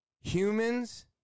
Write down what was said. humans